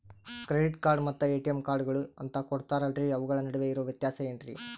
Credit card ಮತ್ತ ATM ಕಾರ್ಡುಗಳು ಅಂತಾ ಕೊಡುತ್ತಾರಲ್ರಿ ಅವುಗಳ ನಡುವೆ ಇರೋ ವ್ಯತ್ಯಾಸ ಏನ್ರಿ?